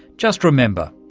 just remember,